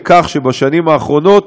לכך שבשנים האחרונות